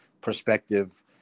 perspective